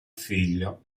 figlio